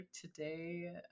today